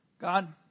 God